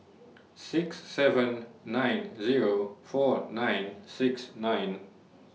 six seven nine Zero four nine six nine